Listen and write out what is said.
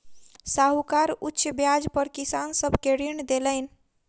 साहूकार उच्च ब्याज पर किसान सब के ऋण देलैन